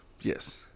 yes